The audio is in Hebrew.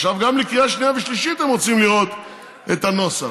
עכשיו גם לקריאה שנייה ושלישית הם רוצים לראות את הנוסח.